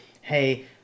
hey